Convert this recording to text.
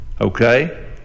Okay